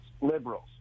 liberals